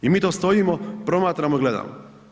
I mi to stojimo, promatramo i gledamo.